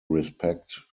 respect